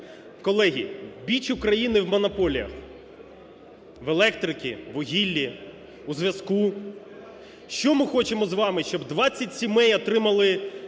Колеги, біч України в монополіях, в електриці, в вугіллі, у зв’язку. Що ми хочемо з вами, щоб 20 сімей отримали монополію